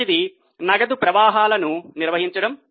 మొదటిది నగదు ప్రవాహాలను నిర్వహించడం